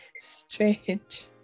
strange